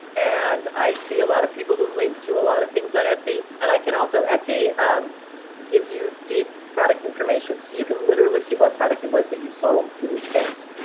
and i see a lot of people who link to a lot of things on etsy and i can also etsy gives you deep product information. so you can literally see what product it was that you sold in each case.